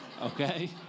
Okay